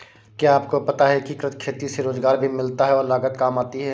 क्या आपको पता है एकीकृत खेती से रोजगार भी मिलता है और लागत काम आती है?